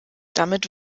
damit